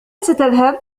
ستذهب